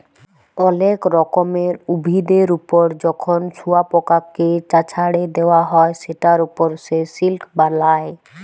অলেক রকমের উভিদের ওপর যখন শুয়পকাকে চ্ছাড়ে দেওয়া হ্যয় সেটার ওপর সে সিল্ক বালায়